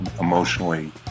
emotionally